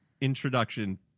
introduction